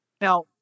Now